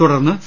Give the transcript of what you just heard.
തുടർന്ന് സി